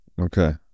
Okay